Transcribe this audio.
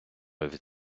від